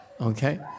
Okay